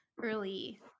early